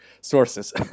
sources